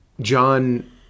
John